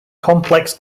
complex